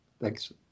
Thanks